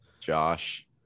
Josh